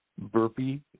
Burpee